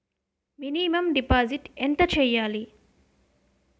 Minimum deposit ఎంత చెయ్యాలి?